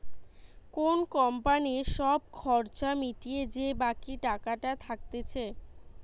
কোন কোম্পানির সব খরচা মিটিয়ে যে বাকি টাকাটা থাকতিছে